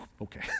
Okay